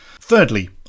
Thirdly